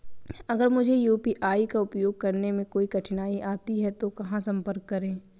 अगर मुझे यू.पी.आई का उपयोग करने में कोई कठिनाई आती है तो कहां संपर्क करें?